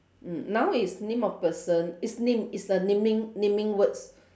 mm noun is name of person is name is a naming naming words